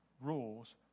rules